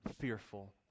fearful